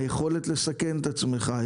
היכולת לסכן את עצמך,